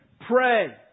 Pray